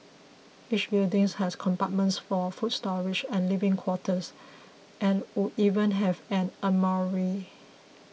each buildings has compartments for food storage and living quarters and would even have an armoury